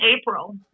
April